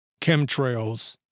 chemtrails